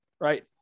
right